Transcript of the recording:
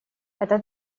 это